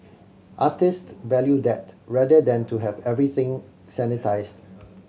artist value that rather than to have everything sanitised